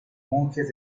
monjes